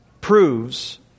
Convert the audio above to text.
proves